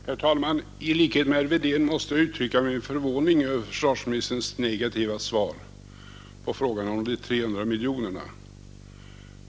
Herr talman! I likhet med herr Wedén måste jag uttrycka min förvåning över försvarsministerns negativa svar på frågan om de 300 miljonerna.